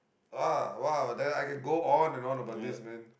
oh !wow! then I can go on and on about this man